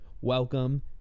welcome